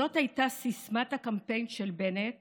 זאת הייתה סיסמת הקמפיין של בנט